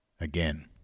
Again